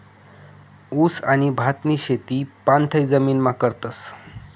ऊस आणि भातनी शेती पाणथय जमीनमा करतस